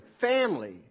family